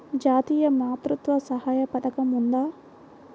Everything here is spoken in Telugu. జాతీయ మాతృత్వ సహాయ పథకం ఉందా?